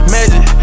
Magic